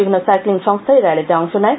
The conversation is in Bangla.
বিভিন্ন সাইক্লিং সংস্থা এই র্যালিতে অংশ নেয়